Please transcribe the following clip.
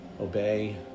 obey